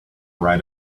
write